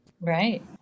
Right